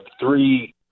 three